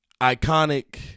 iconic